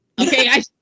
Okay